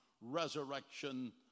Resurrection